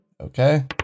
Okay